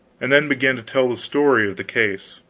and then began to tell the story of the case.